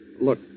Look